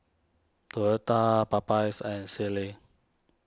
Toyota Popeyes and Sealy